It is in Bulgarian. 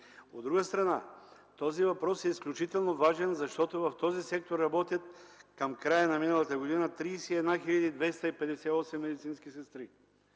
От друга страна, въпросът е изключително важен, защото в този сектор към края на миналата година работят 31 258 медицински сестри.